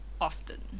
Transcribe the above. often